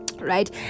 Right